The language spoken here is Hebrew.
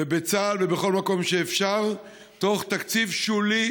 בצה"ל ובכל מקום שאפשר, בתקציב שולי,